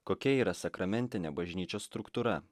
kokia yra sakramentinė bažnyčios struktūra